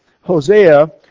Hosea